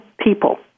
people